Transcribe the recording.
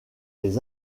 les